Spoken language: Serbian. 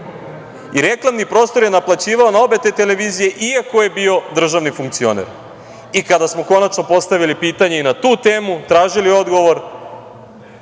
i reklamni prostor je naplaćivao na obe te televizije iako je bio državni funkcioner. Kada smo konačno postavili pitanje i na tu temu, tražili odgovor,